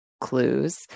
clues